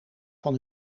van